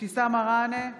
אבתיסאם מראענה,